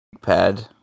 pad